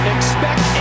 Expect